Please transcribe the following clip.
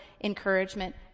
encouragement